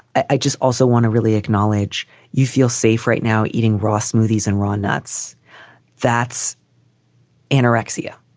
i just also want to really acknowledge you feel safe right now eating raw smoothies and ron nuts that's anorexia